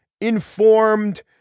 informed